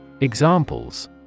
Examples